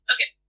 Okay